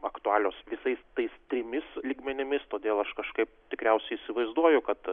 aktualios visais tais trimis lygmenimis todėl aš kažkaip tikriausiai įsivaizduoju kad